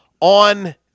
on